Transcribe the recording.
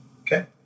Okay